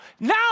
Now